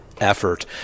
effort